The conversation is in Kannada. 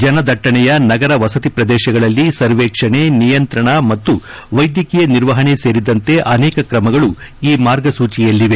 ಜನದಟ್ಟಣೆಯ ನಗರ ವಸತಿ ಪ್ರದೇಶಗಳಲ್ಲಿ ಸರ್ವೇಕ್ಷಣೆ ನಿಯಂತ್ರಣ ಮತ್ತು ವೈದ್ಯಕೀಯ ನಿರ್ವಹಣೆ ಸೇರಿದಂತೆ ಅನೇಕ ಕ್ರಮಗಳು ಈ ಮಾರ್ಗಸೂಚಿಯಲ್ಲಿವೆ